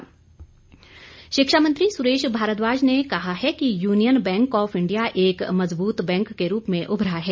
सुरेश भारद्वाज शिक्षा मंत्री सुरेश भारद्वाज ने कहा है कि यूनियन बैंक ऑफ इंडिया एक मजबूत बैंक के रूप में उभरा है